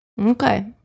Okay